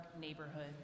neighborhood